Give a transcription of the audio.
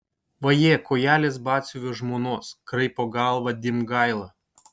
vaje kojelės batsiuvio žmonos kraipo galvą dimgaila